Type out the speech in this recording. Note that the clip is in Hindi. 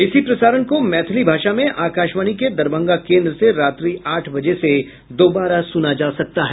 इसी प्रसारण को मैथिली भाषा में आकाशवाणी के दरभंगा केन्द्र से रात्रि आठ बजे से दोबारा सुना जा सकता है